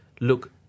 look